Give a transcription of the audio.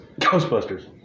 Ghostbusters